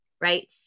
Right